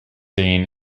dean